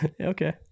Okay